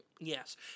Yes